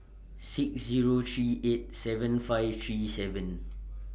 six Zero three eight seven five three seven